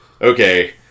okay